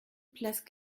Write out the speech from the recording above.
place